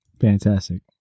Fantastic